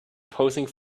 posing